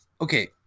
Okay